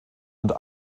und